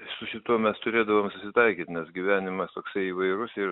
su šituo mes turėdavom susitaikyt nes gyvenimas toksai įvairus ir